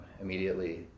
immediately